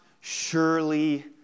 surely